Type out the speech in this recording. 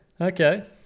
Okay